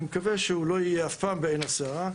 אני מקווה שהוא לא יהיה אף פעם בעין הסערה,